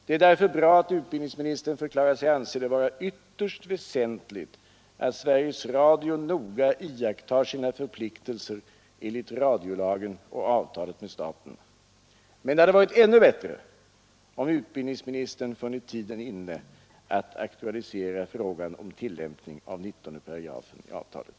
Det är därför bra att utbildningsministern förklarat sig anse det vara ytterst väsentligt att Sveriges Radio noga iakttar sina förpliktelser enligt radiolagen och avtalet med staten, men det hade varit ännu bättre, om utbildningsministern funnit tiden inne att aktualisera frågan om tillämpning av 19 8 i avtalet.